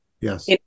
yes